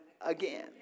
again